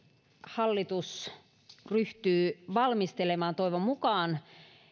hallitus ryhtyy valmistelemaan toivon mukaan